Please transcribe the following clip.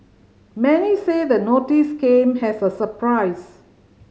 many say the notice came has a surprise